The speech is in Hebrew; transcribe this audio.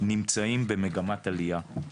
נמצאים במגמת עלייה.